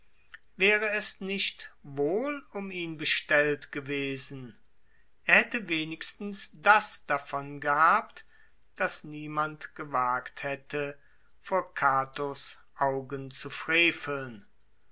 wäre es nicht wohl um ihn bestellt gewesen er hätte wenigstens das davon gehabt daß niemand gewagt hätte vor cato's augen zu freveln